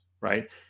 right